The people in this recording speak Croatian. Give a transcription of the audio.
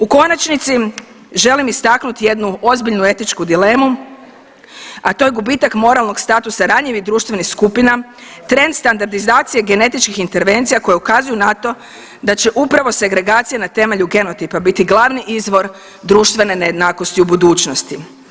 U konačnici, želim istaknuti jednu ozbiljnu etički dilemu, a to je gubitak moralnog statusa ranjivih društvenih skupina, trend standardizacije genetičkih intervencija koje ukazuju na to da će upravo segregacija na temelju genotipa biti glavni izvor društvene nejednakosti u budućnosti.